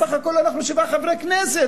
בסך הכול אנחנו שבעה חברי כנסת,